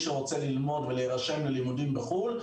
שרוצה ללמוד ולהירשם ללימודים בחו"ל,